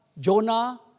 Jonah